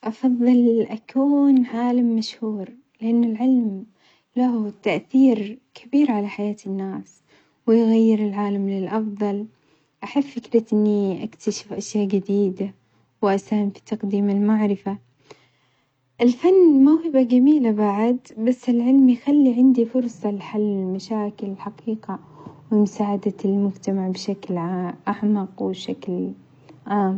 أفظل أكون عالم مشهور لأن العلم له تأثير كبير على حياة الناس ويغير العالم للأفضل، أحب فكرة إني أكتشف أشياء جديدة، وأساهم في تقديم المعرفة، الفن موهبة جميلة بعد بس العلم يخلي عندي فرصة لحل المشاكل الحقيقة ومساعدة المجتمع بشكل عا أعمق وشكل عام.